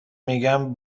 میگم